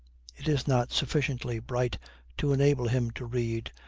it is not sufficiently bright to enable him to read,